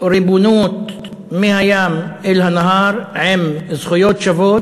מצדי שיחילו ריבונות מהים אל הנהר עם זכויות שוות,